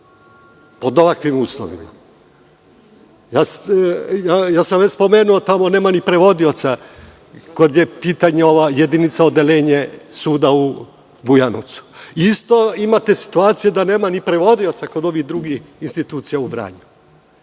pod ovakvim uslovima? Već sam spomenuo da tamo nema ni prevodioca kad je u pitanju ova jedinica, odeljenje suda u Bujanovcu. Isto imate situaciju da nema ni prevodioca kod ovih drugih institucija u Vranju.